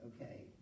okay